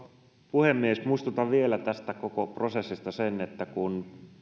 puhemies muistutan vielä tästä koko prosessista että kun me